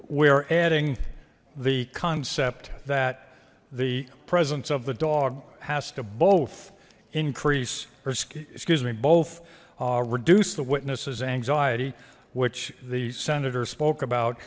we're adding the concept that the presence of the dog has to both increase excuse me both reduce the witness's anxiety which the senator spoke about